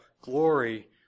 glory